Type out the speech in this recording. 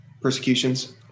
persecutions